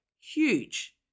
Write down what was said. Huge